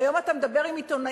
והיום אתה מדבר עם עיתונאים,